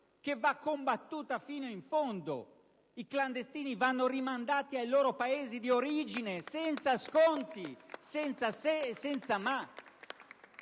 che va combattuta fino in fondo. I clandestini vanno rimandati nei loro Paesi di origine senza sconti, senza se e senza ma.